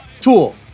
Tool